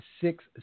six